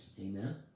Amen